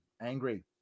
Angry